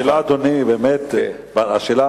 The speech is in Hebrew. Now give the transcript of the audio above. השאלה, אדוני, בנושא,